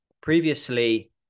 Previously